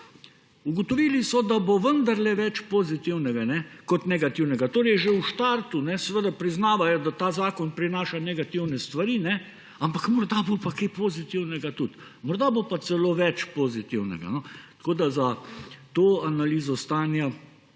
Ugotovili so, da bo vendarle več pozitivnega kot negativnega. Torej že v štartu priznavajo, da ta zakon prinaša negativne stvari, ampak morda bo pa tudi kaj pozitivnega. Morda bo pa celo več pozitivnega. Tako da za to analizo stanja